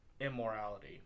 immorality